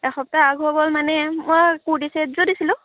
এসপ্তাহ আগ হৈ গ'ল মানে মই কুৰ্তি চেট এযোৰ দিছিলোঁ